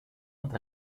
und